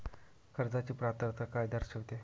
कर्जाची पात्रता काय दर्शविते?